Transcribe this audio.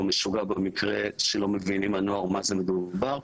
או משוגע במקרה שלא מבינים הנוער במה זה מדובר.